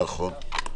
נכון.